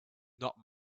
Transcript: not